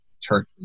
church